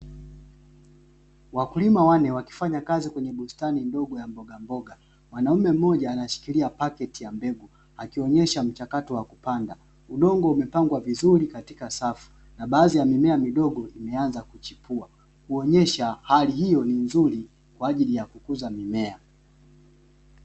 wakulima wanne wakifanya kazi kwenye bustani ya mbogamboga mwanaume mmoja ameshikilia pakti yakupanda udongo ukiwa umepangwa vizuri katika safu mimea midogo ikiwa imeanza kukua kuonyesha hali hiyo ni nzuri kwaajili ya kukuza mimea